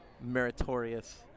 meritorious